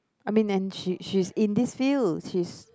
I mean and she she's is in this field she's